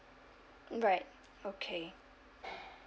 right okay